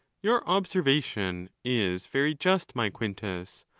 your observation is very just, my quintus,